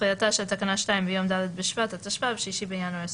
"תחילתה של תקנה 2 ביום ד' בשבט התשפ"ב (6 בינואר 2022)."